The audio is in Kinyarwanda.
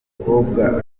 umukobwa